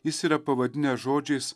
jis yra pavadinęs žodžiais